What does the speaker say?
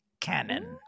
Cannon